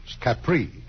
Capri